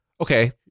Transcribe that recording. Okay